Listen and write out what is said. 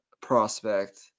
prospect